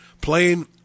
Playing